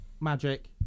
Magic